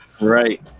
right